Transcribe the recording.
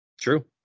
True